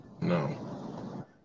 No